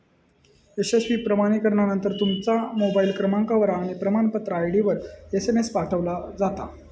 यशस्वी प्रमाणीकरणानंतर, तुमच्या मोबाईल क्रमांकावर आणि प्रमाणपत्र आय.डीवर एसएमएस पाठवलो जाता